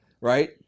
Right